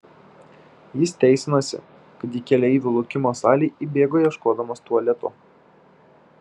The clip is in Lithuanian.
jis teisinosi kad į keleivių laukimo salę įbėgo ieškodamas tualeto